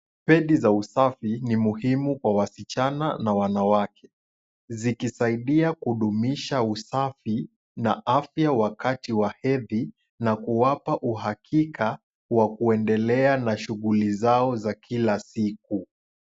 Pedi za usafi ni muhimu kwa wasichana na wanawake, zikisaidia kudumisha usafi na afya wakati wa hedhi na kuwapa uhakika wa kuendelea na shughuli zao za kila siku.